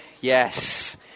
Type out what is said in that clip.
Yes